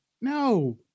no